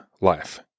life